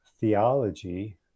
theology